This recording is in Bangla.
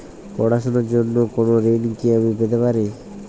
পড়াশোনা র জন্য কোনো ঋণ কি আমি পেতে পারি?